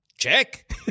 Check